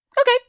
Okay